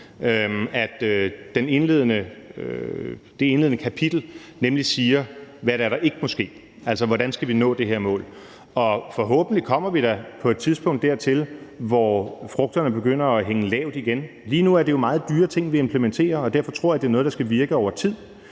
at det indledende kapitel siger, hvad det er, der ikke må ske – altså, hvordan skal vi nå det her mål? Og forhåbentlig kommer vi da på et tidspunkt dertil, hvor frugterne begynder at hænge lavt igen. Lige nu er det jo meget dyre ting, vi implementerer, og derfor tror jeg, det er noget, der skal virke over tid.